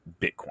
Bitcoin